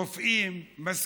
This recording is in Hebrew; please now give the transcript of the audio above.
רופאים, משכילים,